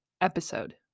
episode